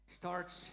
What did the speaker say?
starts